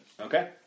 Okay